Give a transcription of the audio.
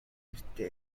гэртээ